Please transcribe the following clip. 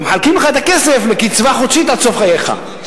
מחלקים לך את הכסף לקצבה חודשית עד סוף חייך.